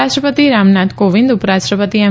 રાષ્ટ્રપતિ રામનાથ કોવિદ ઉપરાષ્ટ્રપતિ એમ